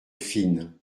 fine